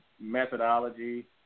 methodology